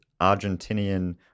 Argentinian